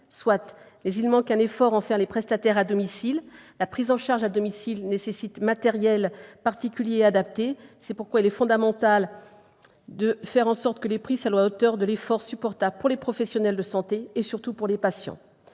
Soit, mais il manque un effort envers les prestataires à domicile. La prise en charge à domicile nécessite un matériel particulier et adapté. C'est pourquoi il est fondamental que les prix soient compatibles avec un effort supportable pour les professionnels de santé et, surtout, pour les patients.